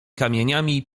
kamieniami